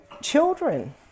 children